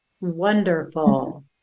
Wonderful